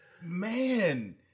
Man